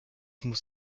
muss